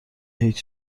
هیچ